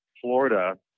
Florida